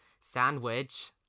sandwich